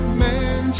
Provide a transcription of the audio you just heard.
man